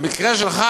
במקרה שלך